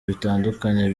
bitandukanye